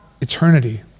eternity